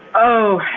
oh,